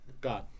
God